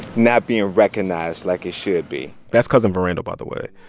not being recognized like it should be that's cousin verrandall, by the way.